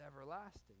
everlasting